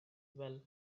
well